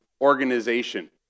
organization